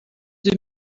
deux